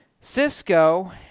Cisco